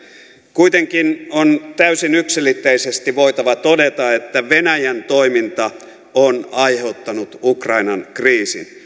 kuitenkin on täysin yksiselitteisesti voitava todeta että venäjän toiminta on aiheuttanut ukrainan kriisin